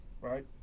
right